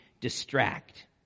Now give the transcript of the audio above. distract